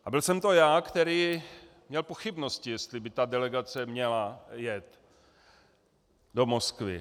A byl jsem to já, který měl pochybnosti, jestli by ta delegace měla jet do Moskvy.